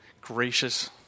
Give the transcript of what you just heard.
gracious